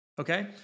okay